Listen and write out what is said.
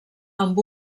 amb